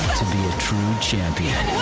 be a true champion.